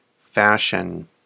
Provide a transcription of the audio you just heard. fashion